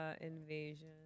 Invasion